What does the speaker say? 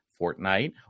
Fortnite